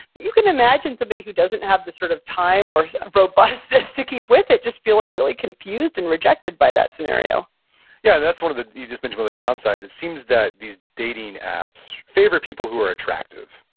but you can imagine somebody who doesn't have the sort of time or robustness to keep with it just feeling really confused and rejected by that scenario yeah, that's one of the, you just mentioned one of the downsides. it seems that these dating apps favor people who are attractive,